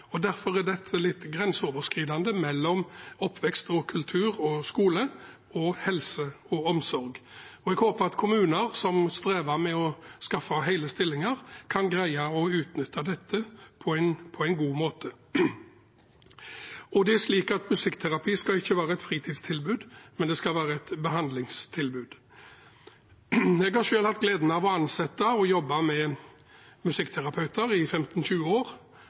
eldre. Derfor er dette litt grenseoverskridende – mellom oppvekst, kultur og skole og helse og omsorg. Jeg håper at kommuner som strever med å skaffe hele stillinger, kan greie å utnytte dette på en god måte. Musikkterapi skal ikke være et fritidstilbud, det skal være et behandlingstilbud. Jeg har selv hatt gleden av å ansette og å jobbe med musikkterapeuter i 15–20 år